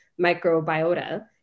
microbiota